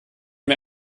mir